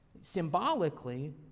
symbolically